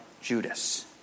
Judas